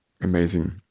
amazing